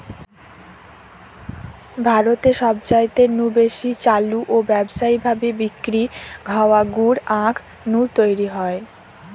ভারতে সবচাইতে নু বেশি চালু ও ব্যাবসায়ী ভাবি বিক্রি হওয়া গুড় আখ নু তৈরি হয়